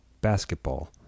basketball